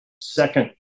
second